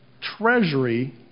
treasury